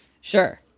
Sure